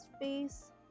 space